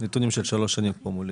בשלוש השנים האחרונות.